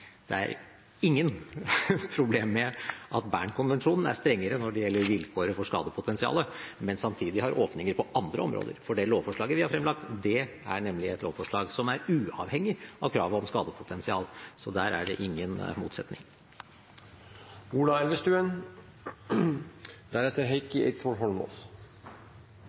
det er ingen problemer med at Bern-konvensjonen er strengere når det gjelder vilkåret for skadepotensial, men samtidig har åpninger på andre områder, for det lovforslaget vi har fremlagt, er nemlig et lovforslag som er uavhengig av kravet om skadepotensial, så der er det ingen motsetning. Ola Elvestuen